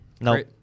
No